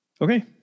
Okay